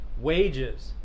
wages